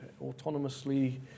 autonomously